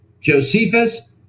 Josephus